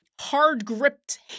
hard-gripped